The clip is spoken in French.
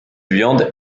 viande